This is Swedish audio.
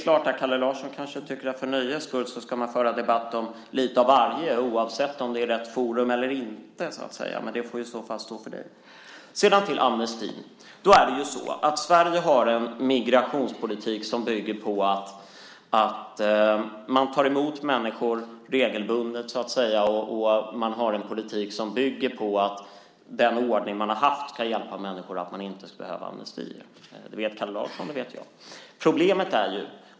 Kalle Larsson kanske tycker att man för nöjes skull ska föra debatt om lite av varje, oavsett om det är rätt forum eller inte. Det får i så fall stå för honom. Så har vi frågan om amnesti. Sverige har en migrationspolitik som bygger på att man regelbundet tar emot människor. Den politiken innebär att man har en ordning där människor inte ska behöva amnesti. Det vet Kalle Larsson, och det vet jag.